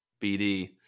BD